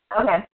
Okay